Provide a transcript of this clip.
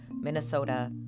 Minnesota